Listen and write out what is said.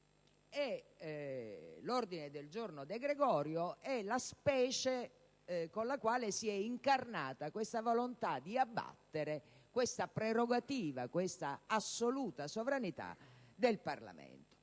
L'ordine del giorno De Gregorio è la *species* con la quale si è incarnata la volontà di abbattere questa prerogativa e questa assoluta sovranità del Parlamento.